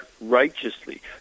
righteously